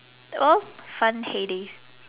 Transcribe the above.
oh fun hay days